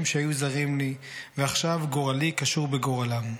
שהיו זרים לי ועכשיו גורלי קשור בגורלם.